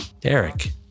Derek